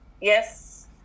Yes